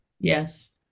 Yes